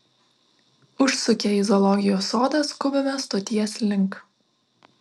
užsukę į zoologijos sodą skubame stoties link